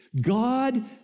God